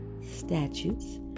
statutes